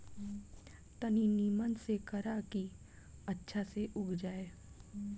तनी निमन से करा की अच्छा से उग जाए